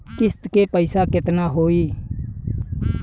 किस्त के पईसा केतना होई?